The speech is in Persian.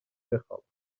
بخوابم